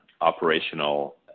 operational